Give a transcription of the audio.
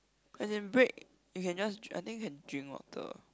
as in break you can just dri~ I think you can drink water